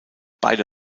beide